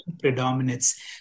predominates